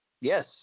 Yes